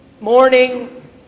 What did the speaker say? morning